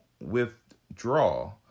withdraw